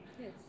Yes